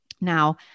Now